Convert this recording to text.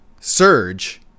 surge